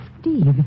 Steve